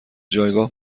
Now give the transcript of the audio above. جایگاه